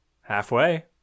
halfway